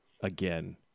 again